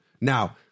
now